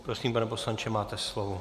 Prosím, pane poslanče, máte slovo.